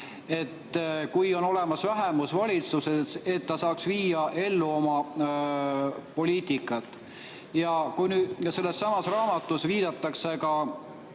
et kui on vähemusvalitsus, saaks ta viia ellu oma poliitikat. Ja sellessamas raamatus viidatakse ka